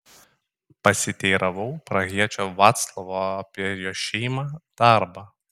pasiteiravau prahiečio vaclavo apie jo šeimą darbą